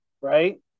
right